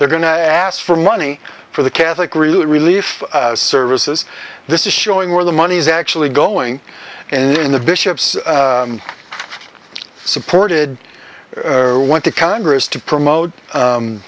they're going to ask for money for the catholic relief services this is showing where the money is actually going in the bishops supported or went to congress to promote